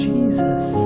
Jesus